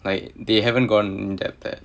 like they haven't gone that part